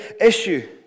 issue